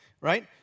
right